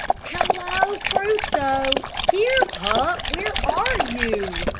hallo, crusoe! here, pup, where are you?